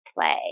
play